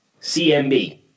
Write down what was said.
CMB